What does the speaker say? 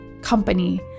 company